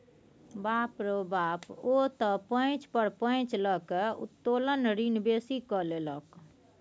बाप रौ बाप ओ त पैंच पर पैंच लकए उत्तोलन ऋण बेसी कए लेलक